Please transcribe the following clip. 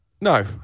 no